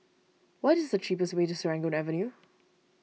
what is the cheapest way to Serangoon Avenue